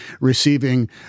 receiving